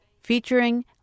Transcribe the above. featuring